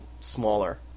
smaller